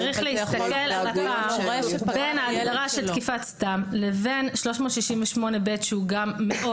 צריך להסתכל על הפער בין ההגדרה של תקיפה סתם לבין 368ב שהוא גם מאוד